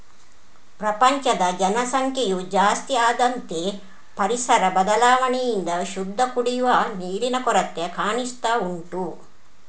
ಪ್ರಪಂಚದ ಜನಸಂಖ್ಯೆಯು ಜಾಸ್ತಿ ಆದಂತೆ ಪರಿಸರ ಬದಲಾವಣೆಯಿಂದ ಶುದ್ಧ ಕುಡಿಯುವ ನೀರಿನ ಕೊರತೆ ಕಾಣಿಸ್ತಾ ಉಂಟು